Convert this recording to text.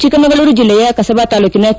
ಚಿಕ್ಕಮಗಳೂರು ಜಲ್ಲೆಯ ಕಸಬಾ ತಾಲ್ಲೂಕಿನ ಕೆ